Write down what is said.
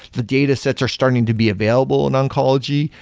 the datasets are starting to be available in oncology.